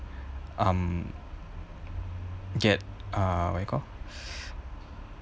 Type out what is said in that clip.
um get uh what you call